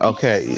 Okay